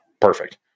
Perfect